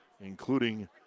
including